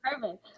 perfect